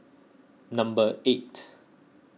number eight